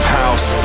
house